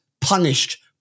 punished